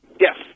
Yes